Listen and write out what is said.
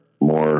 more